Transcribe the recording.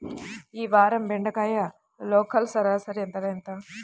ఈ వారం బెండకాయ లోకల్ సరాసరి ధర ఎంత?